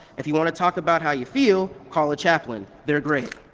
if you want to talk about how you feel, call a chaplain. they're great.